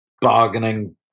bargaining